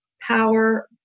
power